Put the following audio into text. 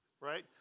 right